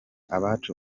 abacu